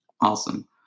Awesome